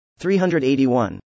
381